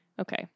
okay